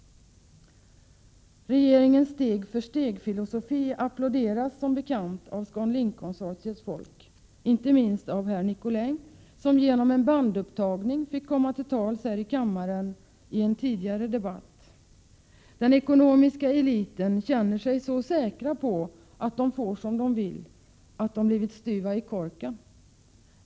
Regeringens steg-för-steg-filosofi applåderas som bekant av ScanLinkkonsortiets folk, inte minst av herr Nicolin, som genom en bandupptagning fick komma till tals här i kammaren i en tidigare debatt. Den ekonomiska eliten känner sig så säker på att den får som den vill att den blivit styv i korken.